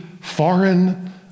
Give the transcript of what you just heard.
foreign